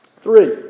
Three